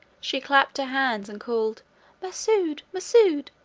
she clapped her hands, and called masoud, masoud,